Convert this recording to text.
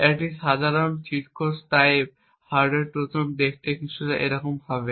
একটি সাধারণ cheat code type hardware trojan দেখতে এরকম কিছু হবে